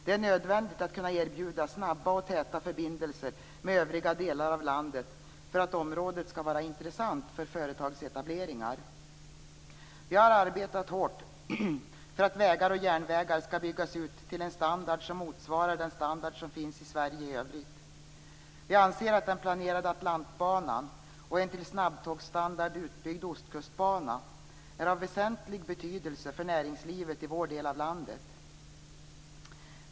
Det är nödvändigt att kunna erbjuda snabba och täta förbindelser med övriga delar av landet för att området skall vara intressant för företagsetableringar. Vi har arbetat hårt för att vägar och järnvägar skall byggas ut till en standard som motsvarar den standard som finns i Sverige i övrigt. Vi anser att den planerade Atlantbanan och en till snabbtågsstandard utbyggd ostkustbana är av väsentlig betydelse för näringslivet i vår del av landet.